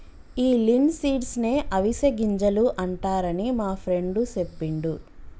ఈ లిన్సీడ్స్ నే అవిసె గింజలు అంటారని మా ఫ్రెండు సెప్పిండు